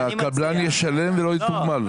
שהקבלן ישלם ולא יתוגמל?